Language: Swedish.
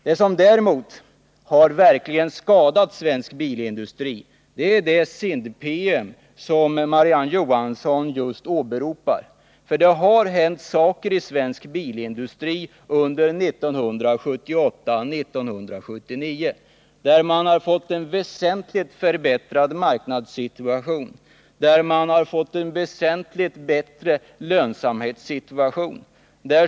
Det som däremot verkligen har skadat svensk bilindustri är det SIND-PM som Marie-Ann Johansson just åberopar. Det har nämligen hänt saker inom svensk bilindustri 1978-1979. Man har fått en väsentligt förbättrad marknadssituation och en väsentligt bättre lönsamhetssituation.